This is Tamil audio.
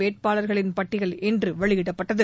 வேட்பாளர்களின் பட்டியல் இன்று வெளியிடப்பட்டது